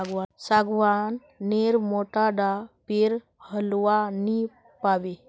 सागवान नेर मोटा डा पेर होलवा नी पाबो